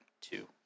two